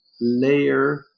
layer